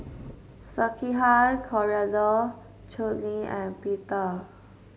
Sekihan Coriander Chutney and Pita